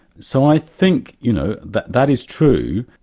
so i think, you know, that that is true,